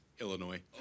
Illinois